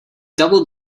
double